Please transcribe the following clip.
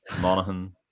Monaghan